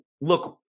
look